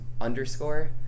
underscore